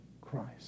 Christ